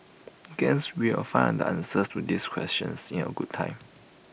guess we will find the answers to these questions in A good time